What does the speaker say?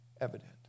evident